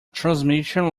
transmission